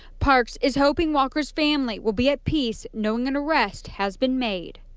parks is hoping walker's family will be at peace knowing an arrest has been made.